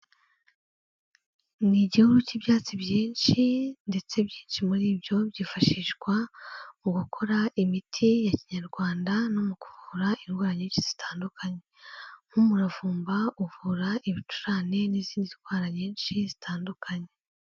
Ni igihuru cy'ibyatsi byinshi ndetse byinshi muri byo byifashishwa mu gukora imiti ya kinyarwanda no mu kuvura indwara nyinshi zitandukanye nk'umuravumba uvura ibicurane n'izindi ndwara nyinshi zitandukanye.